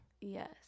yes